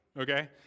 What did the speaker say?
okay